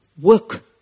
work